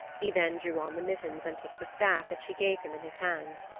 he then drew on the mittens and took the staff that she gave him in his hands.